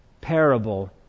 parable